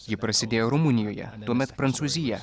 ji prasidėjo rumunijoje tuomet prancūzija